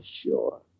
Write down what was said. Sure